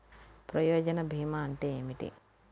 ప్రయోజన భీమా అంటే ఏమిటి?